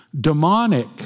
demonic